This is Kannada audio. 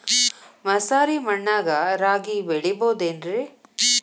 ಮಸಾರಿ ಮಣ್ಣಾಗ ರಾಗಿ ಬೆಳಿಬೊದೇನ್ರೇ?